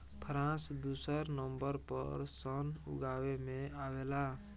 France दुसर number पर सन उगावे में आवेला